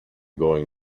going